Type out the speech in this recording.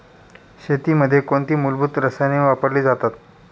शेतीमध्ये कोणती मूलभूत रसायने वापरली जातात?